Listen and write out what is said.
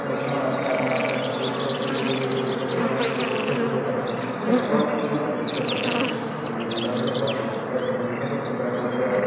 এই সমায় তাপমাত্রা তিরিশ থেকে চল্লিশ ডিগ্রি সেলসিয়াস পর্যন্ত পৌঁছাতে পারে বেশ গরম এবং শুষ্ক থাকে এবার হলো বর্ষা যেটা জুন থেকে সেপ্টেম্বরের মধ্যে হয়